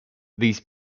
these